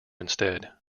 instead